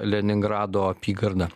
leningrado apygardą